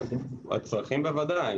הצרכים, בוודאי.